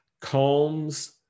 calms